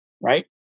right